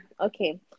Okay